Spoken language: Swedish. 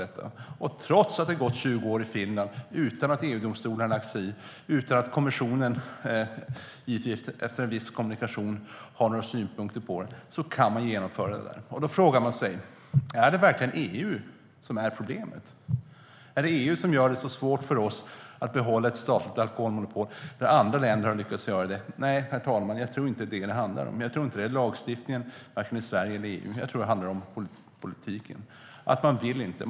Det har gått 20 år med gårdsförsäljning i Finland utan att EU-domstolen har lagt sig i, utan att kommissionen, efter viss kommunikation, har haft några synpunkter. Är det verkligen EU som är problemet? Är det EU som gör det så svårt för oss att behålla ett statligt alkoholmonopol när andra länder har lyckats göra det? Nej, fru talman, jag tror inte att det är vad det handlar om. Jag tror inte att det är fråga om lagstiftningen i Sverige eller i EU, utan jag tror att det handlar om politiken. Man vill inte.